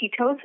ketosis